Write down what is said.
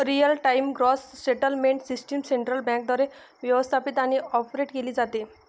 real time gross settlement system central बँकेद्वारे व्यवस्थापित आणि ऑपरेट केली जाते